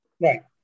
Right